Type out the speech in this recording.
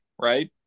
right